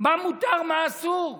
מה מותר מה אסור.